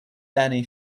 dani